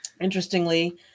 Interestingly